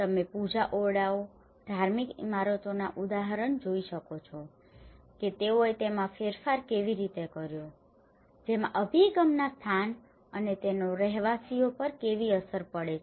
તમે પૂજા ઓરડાઓ ધાર્મિક ઇમારતોના ઉદાહરણ જોઈ શકો છો કે તેઓએ તેમાં ફેરફાર કેવી રીતે કર્યો જેમાં અભિગમના સ્થાન અને તેનો રહેવાસીઓ પર કેવી અસર પડે છે